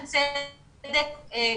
ובצדק.